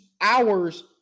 hours